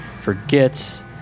forgets